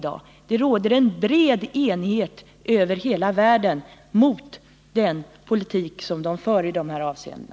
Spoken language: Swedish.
Det råder en bred enighet över hela världen mot den politik Israel för i dessa avseenden,